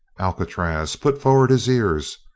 alcatraz put forward his ears,